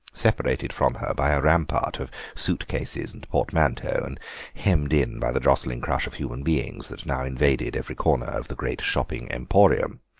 separated from her by a rampart of suit-cases and portmanteaux and hemmed in by the jostling crush of human beings that now invaded every corner of the great shopping emporium.